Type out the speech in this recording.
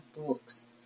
books